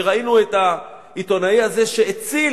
וראינו את העיתונאי הזה שהציל